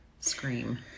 scream